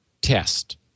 test